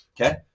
Okay